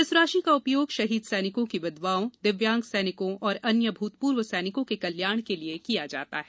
इस राशि का उपयोग शहीद सैनिक की विधवाओं अपंग सैनिकों एवं अन्य भुतपुर्व सैनिकों के कल्याण के लिये किया जाता है